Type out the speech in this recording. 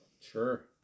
Sure